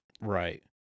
Right